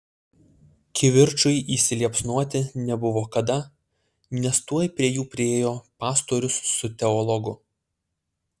kivirčui įsiliepsnoti nebuvo kada nes tuoj prie jų priėjo pastorius su teologu